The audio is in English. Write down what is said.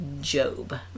Job